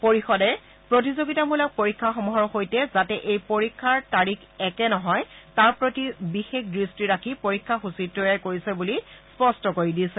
পৰিষদে প্ৰতিযোগিতামূলক পৰীক্ষাসমূহৰ সৈতে যাতে এই পৰীক্ষাৰ তাৰিখ একে নহয় তাৰ প্ৰতি বিশেষ দৃষ্টি ৰাখি পৰীক্ষাসূচী তৈয়াৰ কৰিছে বুলি স্পষ্ট কৰি দিছে